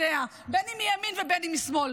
אם מימין ואם משמאל,